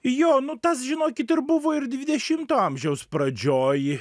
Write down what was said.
jo nu tas žinokit ir buvo ir dvidešimto amžiaus pradžioj